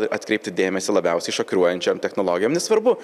atkreipti dėmesį labiausiai šokiruojančiom technologijom nesvarbu